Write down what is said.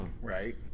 right